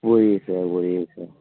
புரியுது சார் புரியுது சார்